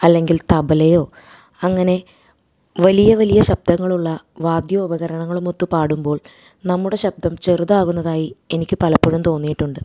അല്ലെങ്കിൽ തബലയോ അങ്ങനെ വലിയ വലിയ ശബ്ദങ്ങളുള്ള വാദ്യോപകരണങ്ങളുമൊത്ത് പാടുമ്പോൾ നമ്മുടെ ശബ്ദം ചെറുതാവുന്നതായി എനിക്ക് പലപ്പോഴും തോന്നിയിട്ടുണ്ട്